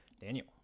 daniel